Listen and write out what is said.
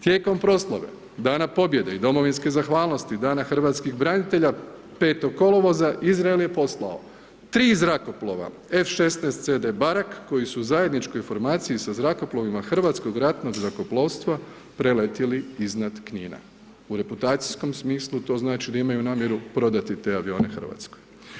Tijekom proslave Dana pobjede i Domovinske zahvalnosti, Dana Hrvatskih branitelja 5. kolovoza Izrael je poslao 3 zrakoplova F16 CD Barak koji su u zajedničkoj formaciji sa zrakoplovima Hrvatskog ratnog zrakoplovstva preletjeli iznad Knina u reprutacijskom smislu to znači da imaju namjeru prodati te avione Hrvatskoj.